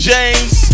James